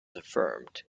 affirmed